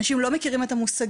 אנשים לא מכירים את המושגים,